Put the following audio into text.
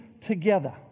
together